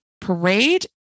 Parade